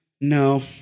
No